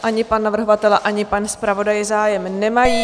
Ani pan navrhovatel, ani pan zpravodaj zájem nemají.